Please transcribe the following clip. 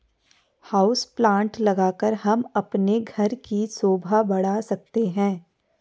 house plant लगाकर हम अपने घर की शोभा बढ़ा सकते हैं